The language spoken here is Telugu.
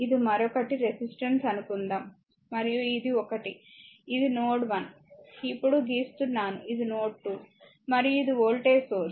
ఇది మరొకటి రెసిస్టెన్స్ అని అనుకుందాం మరియు ఇది ఒకటి ఇది నోడ్ 1 ఇప్పుడు గీస్తున్నాను ఇది నోడ్ 2 మరియు ఇది వోల్టేజ్ సోర్స్